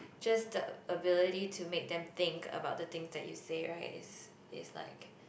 just the ability to make them think about the thing that you say right is is like